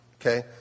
okay